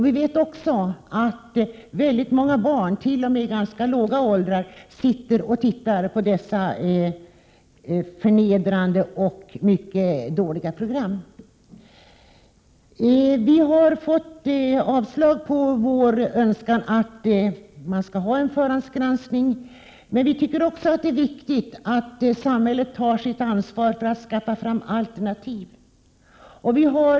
Vi vet också att väldigt många barn, t.o.m. i ganska låga åldrar, sitter och tittar på dessa förnedrande och mycket dåliga program. Vi har fått avslag på vår önskan om att man skall ha en förhandsgranskning. Det är dock viktigt att samhället tar sitt ansvar för att skaffa fram alternativ.